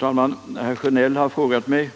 Herr Sjönell har frågat mig